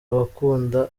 abakunda